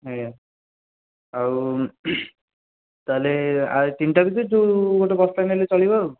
ଆଜ୍ଞା ଆଉ ତାହେଲେ ଆଉ ଏ ତିନିଟା ଭିତରୁ ଯେଉଁ ଗୋଟିଏ ବସ୍ତା ନେଲେ ଚଳିବ